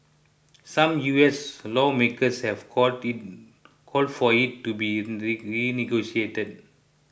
some U S lawmakers have called it called for it to be renegotiated